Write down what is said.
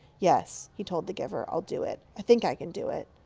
yes, he told the giver. i'll do it. i think i can do it.